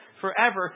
forever